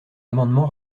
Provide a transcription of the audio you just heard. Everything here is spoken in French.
amendement